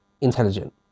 intelligent